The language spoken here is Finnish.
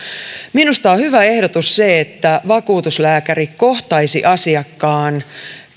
minusta on hyvä ehdotus se että vakuutuslääkäri kohtaisi asiakkaan